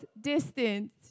distance